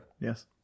Yes